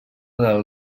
del